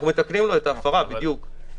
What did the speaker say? אנחנו מתקנים לו את ההפרה, בדיוק.